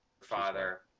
father